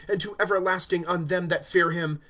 and to ever lasting, on them that fear him,